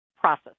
process